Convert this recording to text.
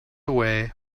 away